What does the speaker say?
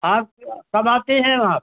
आप कब आते हैं वहाँ